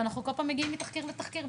ואנחנו כל פעם מגיעים מתחקיר לתחקיר,